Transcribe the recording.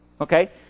Okay